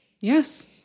Yes